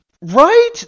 right